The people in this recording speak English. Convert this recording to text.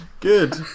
Good